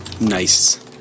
Nice